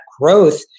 growth